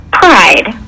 pride